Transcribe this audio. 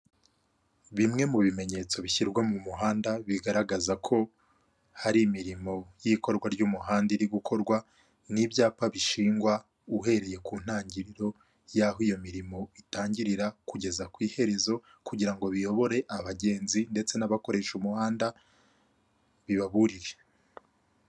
Bimwe mu bimenyetso bishyirwa mu muhanda bigaragaza ko hari imirimo y'ikorwa ry'umuhanda iri gukorwa, ni ibyapa bishingwa uhereye ku ntangiriro y'aho iyo mirimo itangirira kugeza ku iherezo kugira ngo biyobore abagenzi ndetse n'abakoresha umuhanda bibaburire.